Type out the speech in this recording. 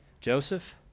Joseph